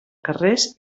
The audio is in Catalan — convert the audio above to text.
carrers